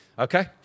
Okay